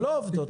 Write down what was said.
לא עובדות.